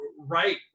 right